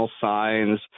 signs